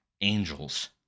angels